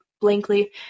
blankly